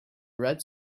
red